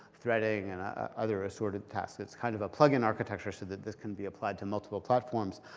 threading, and other assorted tasks. it's kind of a plug-in architecture so that this can be applied to multiple platforms,